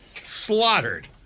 slaughtered